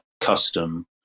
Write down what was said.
custom